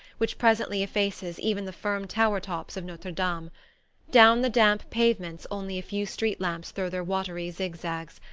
which presently effaces even the firm tower-tops of notre-dame. down the damp pavements only a few street lamps throw their watery zigzags.